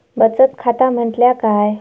बचत खाता म्हटल्या काय?